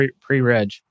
pre-reg